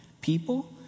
people